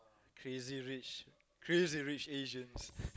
crazy rich crazy rich asians